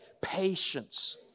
patience